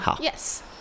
Yes